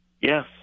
Yes